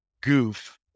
goof